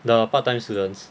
the part time students